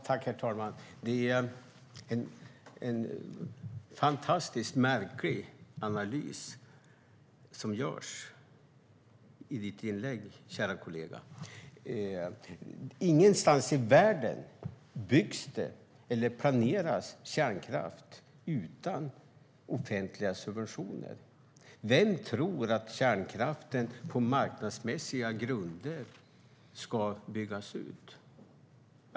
Herr talman! Du gör en fantastiskt märklig analys i ditt inlägg, käre Birger. Ingenstans i världen byggs det eller planeras för kärnkraft utan offentliga subventioner. Vem tror att kärnkraften ska byggas ut på marknadsmässiga grunder?